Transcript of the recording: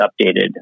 updated